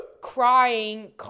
crying